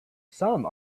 some